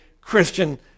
Christian